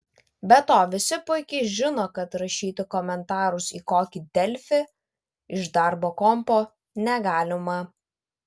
be to visi puikiai žino kad rašyti komentarus į kokį delfį iš darbo kompo negalima